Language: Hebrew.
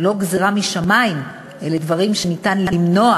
וזו לא גזירה משמים, אלה דברים שניתן למנוע,